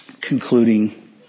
concluding